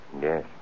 Yes